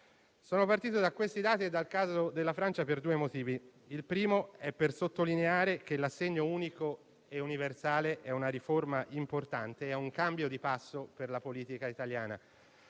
Sono partito da questi dati e dal caso della Francia per due motivi. Il primo è per sottolineare che l'assegno unico e universale è una riforma importante e un cambio di passo per la politica italiana;